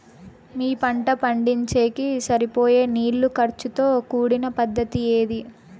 మీ పంట పండించేకి సరిపోయే నీళ్ల ఖర్చు తో కూడిన పద్ధతి ఏది?